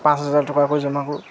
পাঁচ হাজাৰ টকাকৈ জমা কৰোঁ